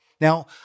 Now